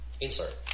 Insert